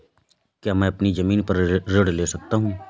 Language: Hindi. क्या मैं अपनी ज़मीन पर ऋण ले सकता हूँ?